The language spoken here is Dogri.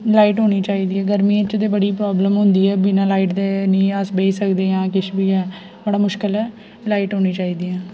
लाइट होनी चाहिदी ऐ गर्मियें च ते बड़ी प्रॉब्लम होंदी ऐ बिना लाइट दे नेईं अस बेही सकदे जां किश बी ऐ बड़ा मुश्किल ऐ लाइट होनी चाहिदी ऐ